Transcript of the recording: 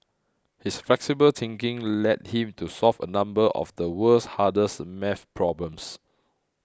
his flexible thinking led him to solve a number of the world's hardest math problems